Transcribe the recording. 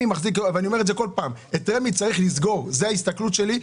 את רמ"י צריך לסגור, וזאת ההסתכלות שלי.